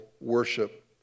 worship